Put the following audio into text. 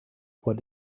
what